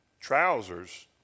Trousers